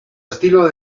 estilo